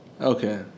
Okay